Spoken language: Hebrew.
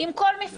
עם כל מפלגה,